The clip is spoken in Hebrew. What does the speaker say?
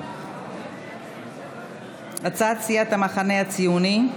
אין לי תשובה.